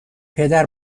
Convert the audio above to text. پدر